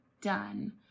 done